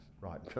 right